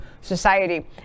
society